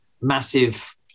massive